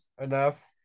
enough